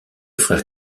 frère